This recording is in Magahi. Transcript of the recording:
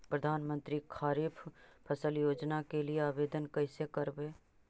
प्रधानमंत्री खारिफ फ़सल योजना के लिए आवेदन कैसे करबइ?